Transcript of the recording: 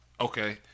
Okay